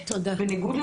בניגוד,